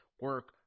Work